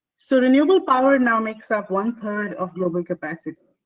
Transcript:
so renewable power now makes up one-third of global capacity.